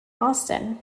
austin